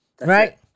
Right